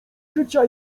życia